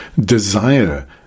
desire